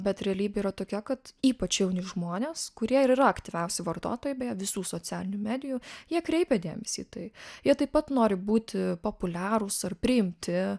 bet realybė yra tokia kad ypač jauni žmonės kurie ir yra aktyviausi vartotojai beje visų socialinių medijų jie kreipia dėmesį į tai jie taip pat nori būti populiarūs ar priimti